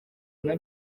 nta